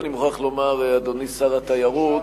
אני מוכרח לומר, אדוני שר התיירות,